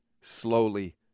slowly